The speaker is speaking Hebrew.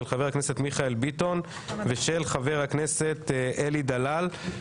של חבר הכנסת מיכאל ביטון ושל חבר הכנסת אלי דלל.